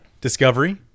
discovery